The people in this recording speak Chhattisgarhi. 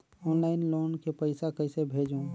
ऑनलाइन लोन के पईसा कइसे भेजों?